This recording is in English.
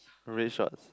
wearing shorts